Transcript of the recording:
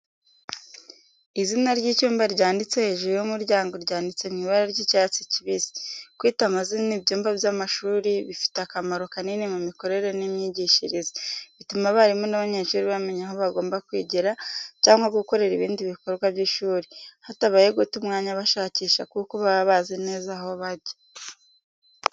Izina ry’icyumba ryanditse hejuru y’umuryango ryanditse mu ibara ry’icyatsi kibisi. Kwita amazina ibyumba by’amashuri bifite akamaro kanini mu mikorere n’imyigishirize, bituma abarimu n’abanyeshuri bamenya aho bagomba kwigira cyangwa gukorera ibindi bikorwa by’ishuri, hatabaye guta umwanya bashakisha kuko baba bazi neza aho bajya.